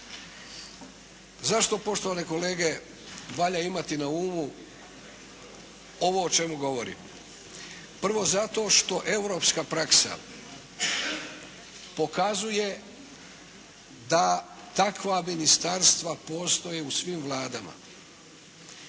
Zašto poštovane kolege valja imati na umu ovo o čemu govorim? Prvo, zato što europska praksa pokazuje da takva ministarstva postoje u svim vladama.